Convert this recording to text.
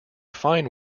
fine